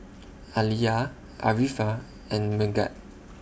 Alya Arifa and Megat